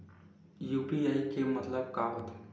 UPI के मतलब का होथे?